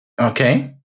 Okay